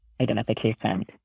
identification